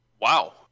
Wow